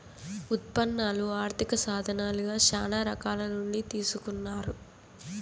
ఉత్పన్నాలు ఆర్థిక సాధనాలుగా శ్యానా రకాల నుండి తీసుకున్నారు